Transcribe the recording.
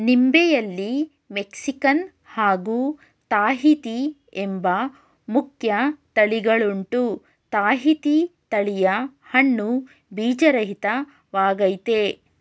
ನಿಂಬೆಯಲ್ಲಿ Mexican ಹಾಗೂ Tahiti ಎಂಬ ಮುಖ್ಯ ತಳಿಗಳುಂಟು ತಾಹಿತಿ ತಳಿಯ ಹಣ್ಣು ಬೀಜರಹಿತ ವಾಗಯ್ತೆ